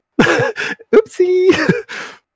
Oopsie